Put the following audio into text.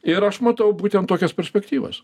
ir aš matau būtent tokias perspektyvas